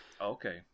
Okay